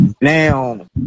Now